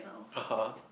ah [huh]